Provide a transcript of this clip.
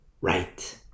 right